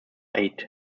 eight